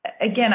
again